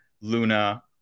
Luna